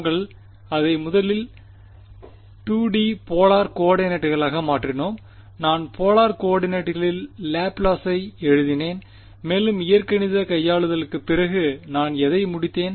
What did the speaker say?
நாங்கள் அதை முதலில் 2 டி போலார் கோஆர்டினேட்களாக மாற்றினோம் நான் போலார் கோஆர்டினேட்களில் லாப்லேஸை எழுதினேன் மேலும் இயற்கணித கையாளுதலுக்குப் பிறகு நான் எதை முடித்தேன்